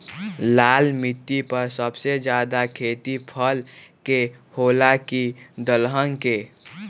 लाल मिट्टी पर सबसे ज्यादा खेती फल के होला की दलहन के?